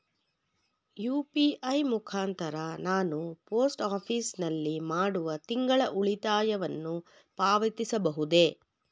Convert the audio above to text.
UPI ಮುಖಾಂತರ ನಾನು post office ನಲ್ಲಿ ಮಾಡುವ ತಿಂಗಳ ಉಳಿತಾಯವನ್ನು ಪಾವತಿಸಬಹುದೇ?